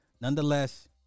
nonetheless